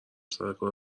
سرکار